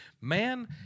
Man